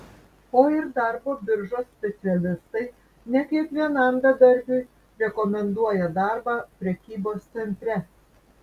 o ir darbo biržos specialistai ne kiekvienam bedarbiui rekomenduoja darbą prekybos centre